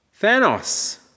Thanos